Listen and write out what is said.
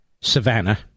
Savannah